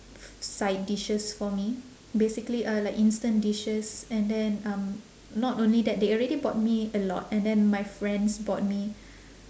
side dishes for me basically uh like instant dishes and then um not only that they already bought me a lot and then my friends bought me